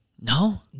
No